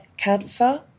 cancer